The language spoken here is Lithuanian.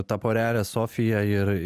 tą porelę sofiją ir